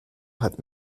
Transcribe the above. hat